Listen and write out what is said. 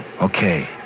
Okay